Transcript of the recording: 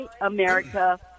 America